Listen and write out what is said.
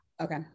okay